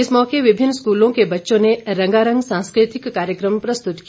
इस मौके विभिन्न स्कूलों के बच्चों ने रंगारंग सांस्कृतिक कार्यक्रम प्रस्तुत किया